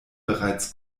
bereits